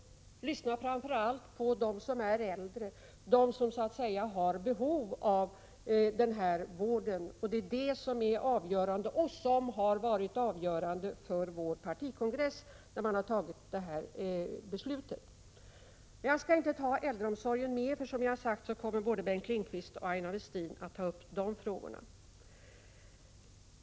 Jag lyssnar framför allt på dem som är äldre, dem som har behov av vård. Det är det som är avgörande och det är det som har varit avgörande för vår partikongress, där det aktuella beslutet har fattats. Jag skall inte säga något mer om äldreomsorgen. Som jag tidigare har sagt kommer både Bengt Lindqvist och Aina Westin att ta upp sådana frågor.